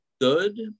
good